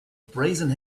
brazen